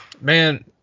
man